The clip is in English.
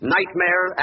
Nightmare